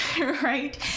right